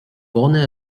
bona